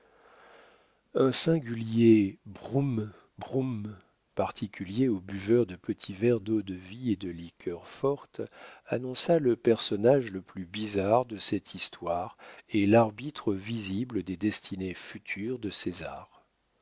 un singulier broum broum particulier aux buveurs de petits verres d'eau-de-vie et de liqueurs fortes annonça le personnage le plus bizarre de cette histoire et l'arbitre visible des destinées futures de césar